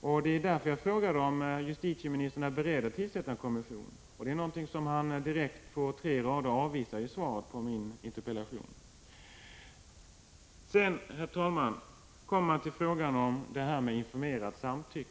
Det var därför jag frågade om justitieministern är beredd att tillsätta en kommission. Denna tanke avvisar han på tre rader i svaret på min interpellation. Herr talman! Sedan kommer jag till frågan om informerat samtycke.